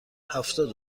هفتاد